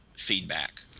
Feedback